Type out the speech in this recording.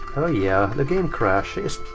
oh yeah, the game crashes.